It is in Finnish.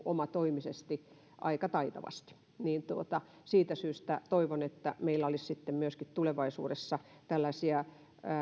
omatoimisesti aika taitavasti siitä syystä toivon että meillä olisi myöskin tulevaisuudessa tällaisia